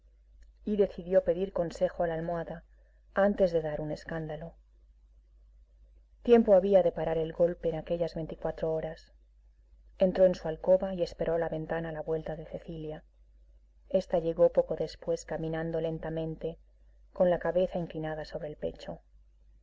y decidió pedir consejo a la almohada antes de dar un escándalo tiempo había de parar el golpe en aquellas veinticuatro horas entró en su alcoba y esperó a la ventana la vuelta de cecilia esta llegó poco después caminando lentamente con la cabeza inclinada sobre el pecho